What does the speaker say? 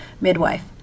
midwife